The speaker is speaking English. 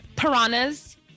Piranhas